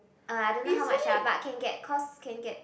uh I don't know how much ah but can get cause can get